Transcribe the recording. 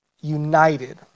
united